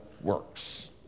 works